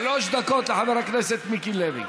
שלוש דקות לחבר הכנסת מיקי לוי.